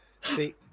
See